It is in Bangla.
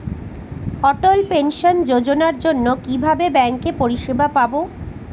অটল পেনশন যোজনার জন্য কিভাবে ব্যাঙ্কে পরিষেবা পাবো?